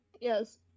Yes